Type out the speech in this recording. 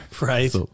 right